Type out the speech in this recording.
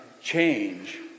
change